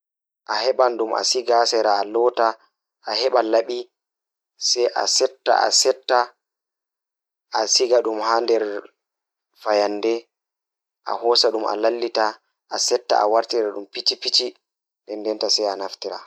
Ngam waɗa ndeenkaŋ, njahɗo ndeenkang e njaha ɗum ndiyam ngam waɗata bonni. Naanngoɗo ɗum poɗnde e maɓɓe ngal ngam njahaɗo ɗum ngal rewɓe haɗe ngal. Fittoɗo ɗum